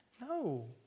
No